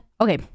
Okay